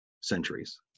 centuries